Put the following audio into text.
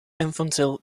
infantile